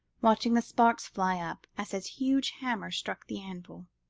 watching the sparks fly up, as his huge hammer struck the anvil.